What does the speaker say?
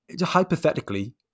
Hypothetically